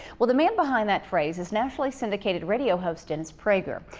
well, the man behind that phrase is nationally syndicated radio host dennis prager,